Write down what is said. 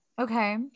Okay